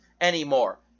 anymore